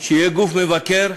שיהיה גוף מבקר,